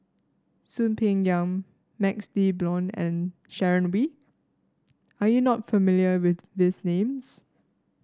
Soon Peng Yam MaxLe Blond and Sharon Wee are you not familiar with these names